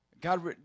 God